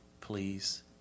please